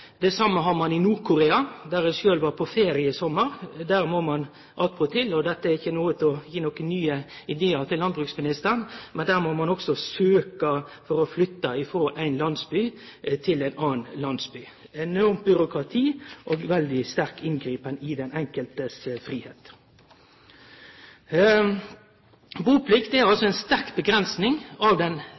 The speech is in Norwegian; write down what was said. Det same har ein i Nord-Korea, der eg sjølv var på ferie i sommar. Der må ein attpåtil – og dette er ikkje for å gi nokon nye idear til landbruksministeren – søkje om å få flytte frå éin landsby til ein annan landsby. Det er eit enormt byråkrati og eit veldig sterkt inngrep i fridommen for den enkelte. Buplikt er ei sterk avgrensing av den